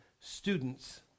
students